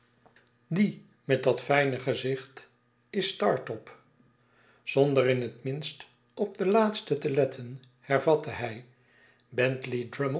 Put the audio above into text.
die met dat fijne gezicht is startop zonder in het minst op den laatste te letten hervatte hij